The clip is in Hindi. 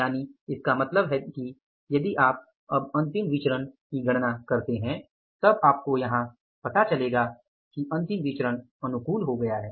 यानि इसका मतलब है कि यदि आप अब अंतिम विचरण की गणना करते हैं तब आपको यहाँ पता चलेगा कि अंतिम विचरण अनुकूल हो गया है